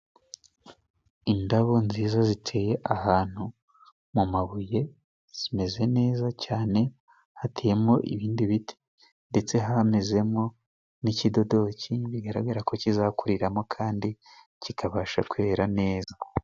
Indabo nziza ziteye ahantu mu mabuye zimeze neza cyane hateyemo ibindi biti ndetse hamezemo n'ikidodoki bigaragara ko kizakuriramo kandi kikabasha kwera neza.